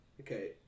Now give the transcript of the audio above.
Okay